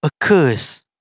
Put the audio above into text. occurs